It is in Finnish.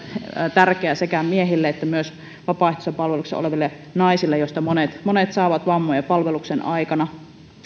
tärkeää sekä miehille että myös vapaaehtoisessa palveluksessa oleville naisille joista monet monet saavat vammoja palveluksen aikana